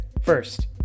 First